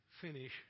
finish